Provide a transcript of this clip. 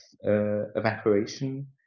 evaporation